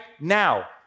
now